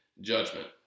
judgment